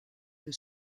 que